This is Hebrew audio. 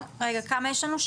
כמה יש לנו?